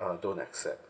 uh don't accept